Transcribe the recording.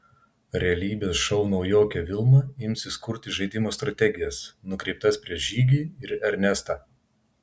realybės šou naujokė vilma imsis kurti žaidimo strategijas nukreiptas prieš žygį ir ernestą